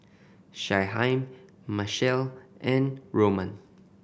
Shyheim Machelle and Roman